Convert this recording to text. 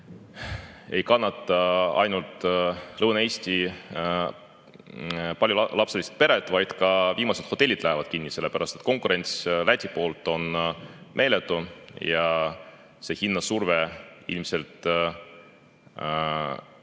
tõttu ainult Lõuna‑Eesti paljulapselised pered, vaid ka viimased hotellid lähevad kinni, sellepärast et konkurents Lätiga on meeletu ja see hinnasurve ilmselt ei